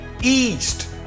east